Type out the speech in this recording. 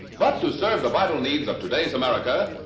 but to serve the vital needs of today's america,